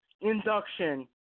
induction